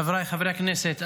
חבריי חברי הכנסת,